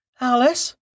Alice